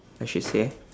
I should say